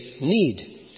need